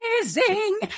amazing